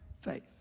faith